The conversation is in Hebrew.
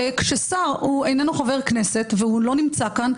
כאשר שר איננו חבר כנסת והוא לא נמצא כאן,